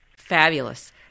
Fabulous